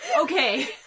okay